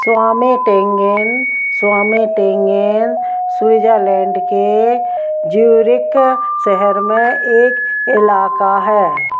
Schwamendingen Schwamendingen Switzerland के Zurich शहर में एक इलाक़ा है